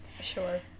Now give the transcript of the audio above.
Sure